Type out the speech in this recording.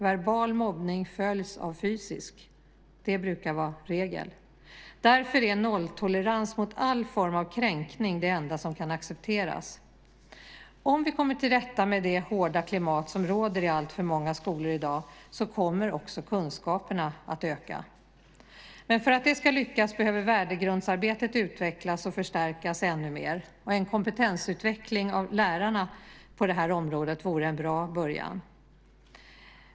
Verbal mobbning följs av fysisk. Det brukar vara regel. Därför är nolltolerans mot alla former av kränkning det enda som kan accepteras. Om vi kommer till rätta med det hårda klimat som råder i alltför många skolor i dag kommer också kunskaperna att öka. Men för att det ska lyckas behöver värdegrundsarbetet utvecklas och förstärkas ännu mer, och en kompetensutveckling av lärarna på det här området vore en bra början.